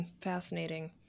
fascinating